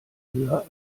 höher